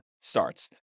starts